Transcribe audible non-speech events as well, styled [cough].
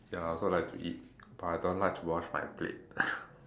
ya I also like to eat but I don't like to wash my plate [laughs]